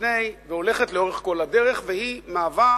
לפני והולכת לאורך כל הדרך ומהווה